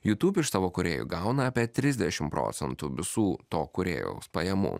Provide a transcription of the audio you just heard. jutūb iš savo kurėjų gauna apie trisdešim procentų visų to kūrėjaus pajamų